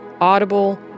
Audible